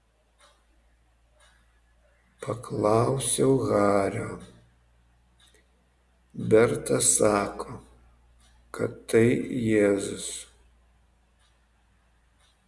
paklausiau hario berta sako kad tai jėzus